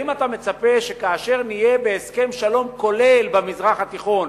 האם אתה מצפה שכאשר נהיה בהסכם שלום כולל במזרח התיכון,